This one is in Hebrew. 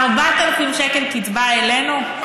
4,000 שקל קצבה העלינו?